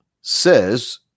says